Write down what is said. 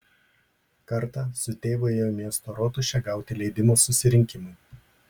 kartą su tėvu ėjo į miesto rotušę gauti leidimo susirinkimui